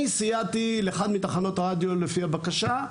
אני סייעתי לאחת מתחנות הרדיו, לפי הבקשה,